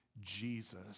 Jesus